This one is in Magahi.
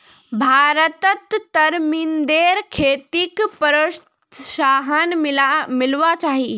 भारतत तरमिंदेर खेतीक प्रोत्साहन मिलवा चाही